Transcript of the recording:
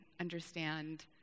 understand